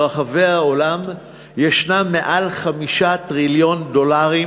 ברחבי העולם יש למעלה מ-5 טריליון דולרים